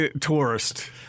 tourist